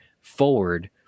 forward